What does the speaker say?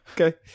Okay